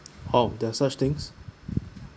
oh there are such things